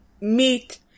meet